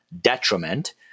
detriment